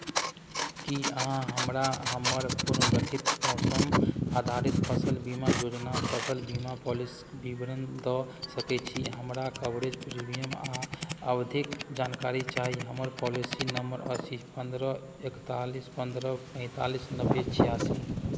की अहाँ हमरा हमर पुनर्गठित मौसम आधारित फसल बीमा योजना फसल बीमा पॉलिसीक विवरण दऽ सकैत छी हमरा कवरेज प्रीमियम आ अवधिक जानकारी चाही हमर पॉलिसी नम्बर अछि पन्द्रह एकतालीस पन्द्रह पैंतालीस नब्बे छियासी